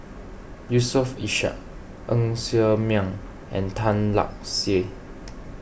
Yusof Ishak Ng Ser Miang and Tan Lark Sye